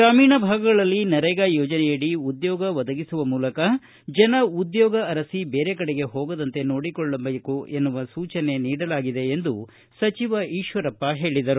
ಗ್ರಾಮೀಣ ಭಾಗಗಳಲ್ಲಿ ನರೇಗಾ ಯೋಜನೆಯಡಿ ಉದ್ಯೋಗ ಒದಗಿಸುವ ಮೂಲಕ ಜನ ಉದ್ಯೋಗ ಅರಸಿ ಬೇರೆ ಕಡೆಗೆ ಹೋಗುವುದನ್ನು ನೋಡಿಕೊಳ್ಳಬೇಕು ಎನ್ನುವ ಸೂಚನೆ ನೀಡಲಾಗಿದೆ ಎಂದು ಸಚಿವ ಈಶ್ವರಪ್ಪ ಹೇಳಿದರು